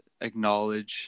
acknowledge